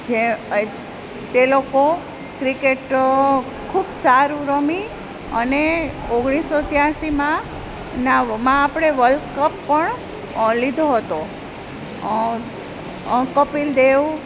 જે તે લોકો ક્રિકેટ ખૂબ સારું રમી અને ઓગણીસસો ત્યાંસીમાં ના આપણે વર્લ્ડ કપ પણ લીધો હતો કપિલ દેવ